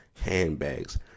handbags